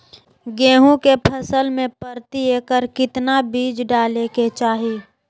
गेहूं के फसल में प्रति एकड़ कितना बीज डाले के चाहि?